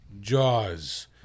Jaws